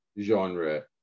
genre